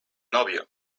novio